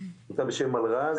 עמותה בשם מלרז,